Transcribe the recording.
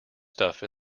stuff